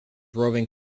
roving